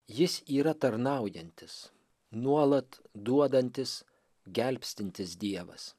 jis yra tarnaujantis nuolat duodantis gelbstintis dievas